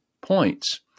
points